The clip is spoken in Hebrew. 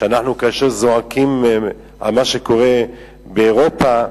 כאשר אנחנו זועקים על מה שקורה באירופה,